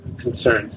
concerns